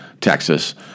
Texas